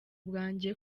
bwanjye